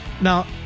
Now